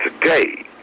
today